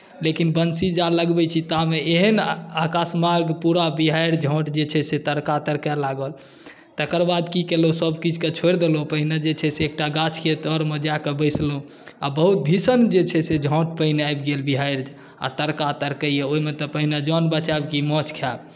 लेकिन बन्सी जामे लगबैत छी तामे एहन आकाशमार्ग पूरा बिहाड़ि झाँट जे छै से तड़का तड़कय लागल तकर बाद की केलहुँ सभकिछुकेँ छोड़ि देलहुँ पहिने जे छै से एकटा गाछके तरमे जा कऽ बैसलहुँ आ बहुत भीषण जे छै से झाँट पानि आबि गेल बिहाड़ि आ तड़का तड़कैए ओहिमे जे पहिने जान बचायब कि माछ खायब